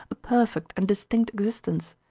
a perfect and distinct existence?